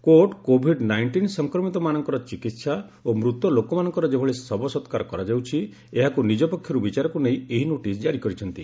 court Covid nineteen ସଂକ୍ରମିତମାନଙ୍କର ଚିକିହା ଓ ମୂତ ଲୋକମାନଙ୍କର ଯେଭଳି ଶବ ସତ୍କାର କରାଯାଉଛି ଏହାକୁ ନିଜ ପକ୍ଷରୁ ବିଚାରକୁ ନେଇ ଏହି ନୋଟିସ୍ ଜାରି କରିଛନ୍ତି